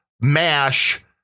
MASH